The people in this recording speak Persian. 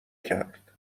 کرد